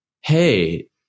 hey